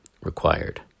required